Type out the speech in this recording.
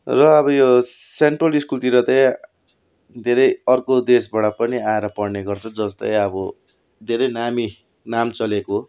र अब यो सेन्ट पल स्कूलतिर तै धेरै अर्को देशबाट पनि आएर पढ्ने गर्छ जस्तैअब धेरै नामी नाम चलेको